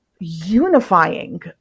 unifying